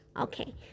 Okay